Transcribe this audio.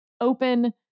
open